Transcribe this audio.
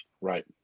Right